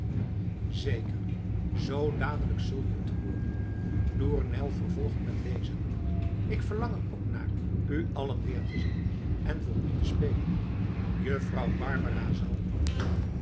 zeker zoo dadelijk zul je t hooren tournel vervolgt met lezen ik verlang er ook naar u allen weer te zien en voor u te spelen juffrouw barbara zal